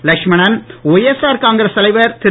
லக்ஷ்மணன் ஒய்எஸ்ஆர் காங்கிரஸ் தலைவர் திரு